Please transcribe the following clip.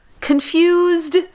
confused